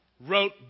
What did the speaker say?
wrote